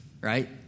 right